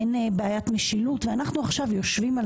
אין בעיית משילות ואנחנו עכשיו יושבים על